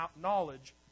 knowledge